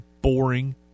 boring